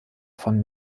von